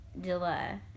July